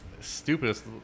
Stupidest